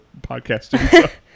podcasting